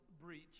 breach